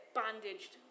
bandaged